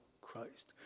Christ